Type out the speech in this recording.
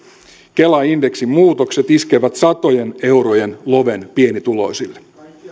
kelan indeksimuutokset iskevät satojen eurojen loven pienituloisille